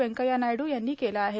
व्यंकय्या नायड् यांनी केलं आहे